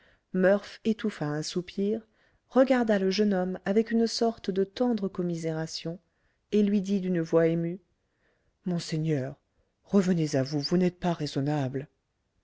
étouffa un soupir regarda le jeune homme avec une sorte de tendre commisération et lui dit d'une voix émue monseigneur revenez à vous vous n'êtes pas raisonnable